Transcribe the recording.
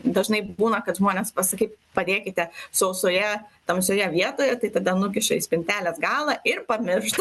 dažnai būna kad žmonės pasakyt padėkite sausoje tamsioje vietoje tai tada nukiša į spintelės galą ir pamirš